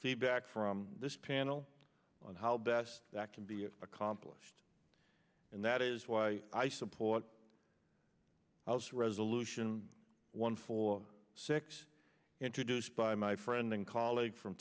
feedback from this panel on how best that can be accomplished and that is why i support house resolution one four six introduced by my friend and colleague from